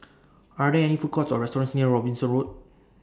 Are There any Food Courts Or restaurants near Robinson Road